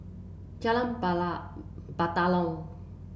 Jalan Bala Batalong